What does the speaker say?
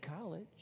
college